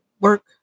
work